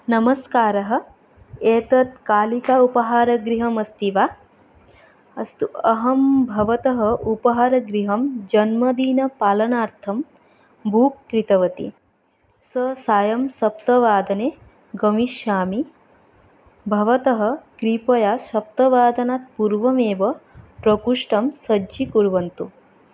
नमस्कारः एतत् कालिका उपाहारगृहम् अस्ति वा अस्तु अहं भवतः उपाहारगृहं जन्मदिनपालनार्थं बूक् कृतवती स सायं सप्तवादने गमिष्यामि भवतः कृपया सप्तवादनात्पूर्वमेव प्रकोष्ठं सज्जीकुर्वन्तु